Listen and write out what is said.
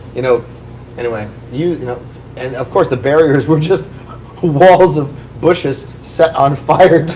you know anyway, you know and of course the barriers were just walls of bushes set on fire to